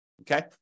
okay